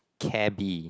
Cabbie